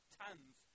tons